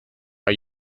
are